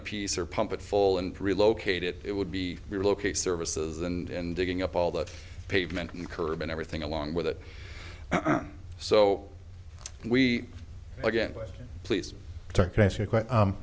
a piece or pump it full and relocate it would be located services and digging up all the pavement curb and everything along with it so we again please